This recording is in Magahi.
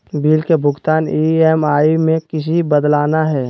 बिल के भुगतान ई.एम.आई में किसी बदलना है?